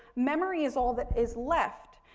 memory is all that is left.